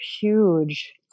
huge